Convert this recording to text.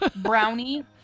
brownie